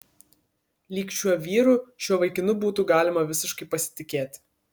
lyg šiuo vyru šiuo vaikinu būtų galima visiškai pasitikėti